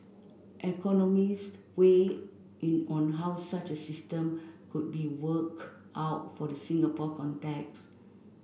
economists weighed in on how such a system could be worked out for the Singapore context